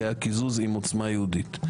כי היה קיזוז עם עוצמה יהודית.